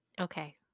Okay